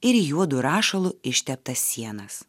ir į juodu rašalu išteptas sienas